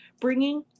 bringing